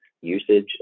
usage